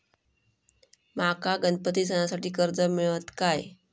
माका गणपती सणासाठी कर्ज मिळत काय?